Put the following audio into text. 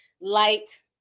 light